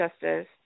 justice